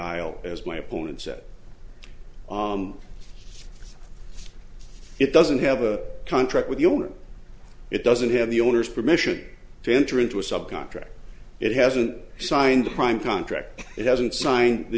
aisle as my opponent said it doesn't have a contract with the owner it doesn't have the owner's permission to enter into a sub contract it hasn't signed the prime contract it hasn't signed the